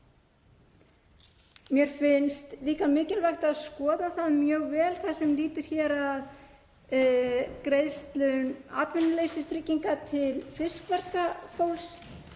Mér finnst líka mikilvægt að skoða mjög vel það sem lýtur að greiðslum atvinnuleysistrygginga til fiskverkafólks.